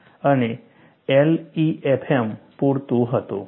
અને LEFM પૂરતું હતું